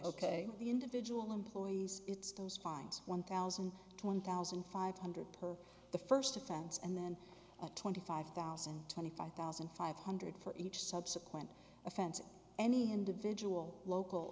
say the individual employees it's those fines one thousand to one thousand five hundred per the first offense and then at twenty five thousand twenty five thousand five hundred for each subsequent offense any individual local